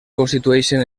constitueixen